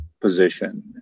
position